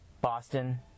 Boston